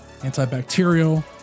antibacterial